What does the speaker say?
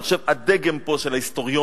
אני חושב, הדגם פה של ההיסטוריון,